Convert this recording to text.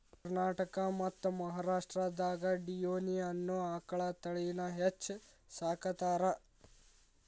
ಕರ್ನಾಟಕ ಮತ್ತ್ ಮಹಾರಾಷ್ಟ್ರದಾಗ ಡಿಯೋನಿ ಅನ್ನೋ ಆಕಳ ತಳಿನ ಹೆಚ್ಚ್ ಸಾಕತಾರ